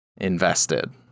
invested